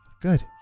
Good